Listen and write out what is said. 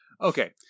Okay